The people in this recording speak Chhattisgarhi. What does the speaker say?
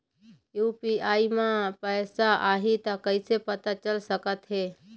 यू.पी.आई म पैसा आही त कइसे पता चल सकत हे?